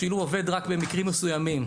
השילוב עובד רק במקרים מסוימים.